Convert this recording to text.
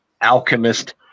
alchemist